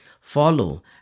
follow